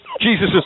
Jesus